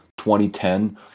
2010